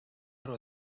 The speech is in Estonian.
aru